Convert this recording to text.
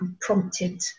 prompted